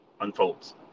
unfolds